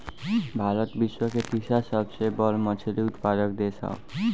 भारत विश्व के तीसरा सबसे बड़ मछली उत्पादक देश ह